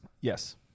Yes